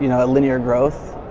you know a linear growth,